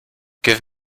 give